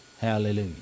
Hallelujah